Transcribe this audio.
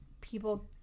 people